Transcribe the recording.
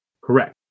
Correct